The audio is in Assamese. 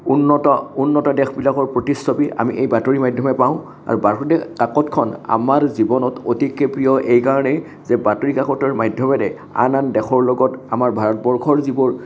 উন্নত উন্নত দেশবিলাকৰ প্ৰতিছবি আমি এই বাতৰিৰ মাধ্যমে পাওঁ আৰু বাতৰি কাকতখন আমাৰ জীৱনত অতিকৈ প্ৰিয় এইকাৰণেই যে বাতৰি কাকতৰ মাধ্যমেৰে আন আন দেশৰ লগত আমাৰ ভাৰতবৰ্ষৰ যিবোৰ